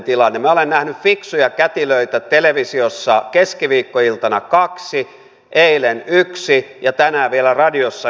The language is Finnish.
minä olen nähnyt fiksuja kätilöitä televisiossa keskiviikkoiltana kaksi eilen yhden ja tänään vielä radiossa yhden